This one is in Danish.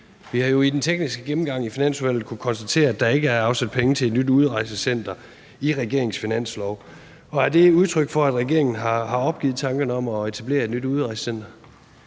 Vi har jo i den tekniske gennemgang i Finansudvalget kunnet konstatere, at der ikke er afsat penge til et nyt udrejsecenter i regeringens finanslov. Er det et udtryk for, at regeringen har opgivet tankerne om at etablere et nyt udrejsecenter?